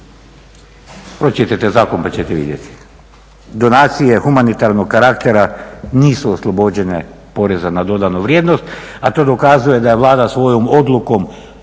Pročitajte zakon pa ćete vidjeti. Donacije humanitarnog karaktera nisu oslobođene porezna na dodanu vrijednost, a to dokazuje da je Vlada svojom odlukom